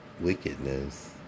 wickedness